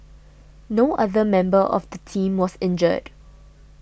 no other member of the team was injured